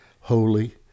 holy